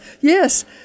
yes